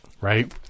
right